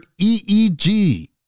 EEG